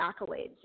accolades